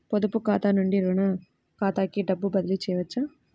పొదుపు ఖాతా నుండీ, రుణ ఖాతాకి డబ్బు బదిలీ చేయవచ్చా?